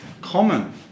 common